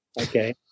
okay